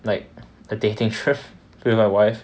like a dating trip with my wife